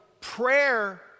prayer